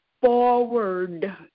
forward